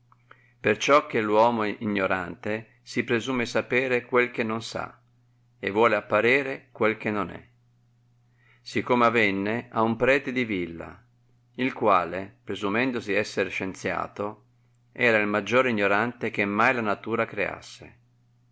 ciò che l'uomo ignorante si presume sapere quel che non sa e vuole apparere quel che non è si come avenne ad un prete di villa il quale presumendosi esser scienziato era il maggior ignorante che mai la natura creasse